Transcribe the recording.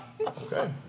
Okay